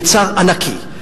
צער ענקי,